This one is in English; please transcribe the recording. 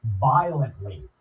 violently